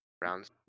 rounds